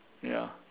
ya